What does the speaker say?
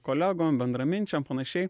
kolegom bendraminčiam panašiai